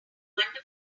wonderful